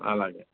అలాగే